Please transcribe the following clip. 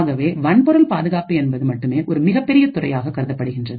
ஆகவே வன்பொருள் பாதுகாப்பு என்பது மட்டுமே ஒரு மிகப்பெரிய துறையாக கருதப்படுகின்றது